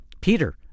peter